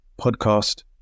podcast